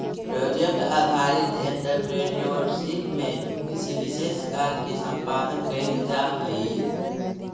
project आधारित entrepreneurship में किसी विशेष कार्य के संपादन कईल जाऽ हई